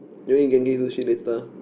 you want eat Genki-Sushi later